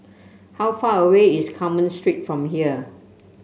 how far away is Carmen Street from here